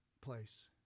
place